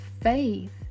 faith